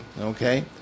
Okay